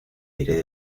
diré